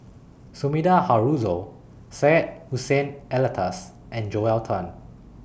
Sumida Haruzo Syed Hussein Alatas and Joel Tan